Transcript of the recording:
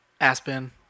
Aspen